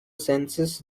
census